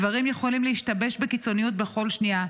דברים יכולים להשתבש בקיצוניות בכל שנייה.